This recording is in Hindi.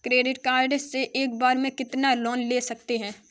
क्रेडिट कार्ड से एक बार में कितना लोन ले सकते हैं?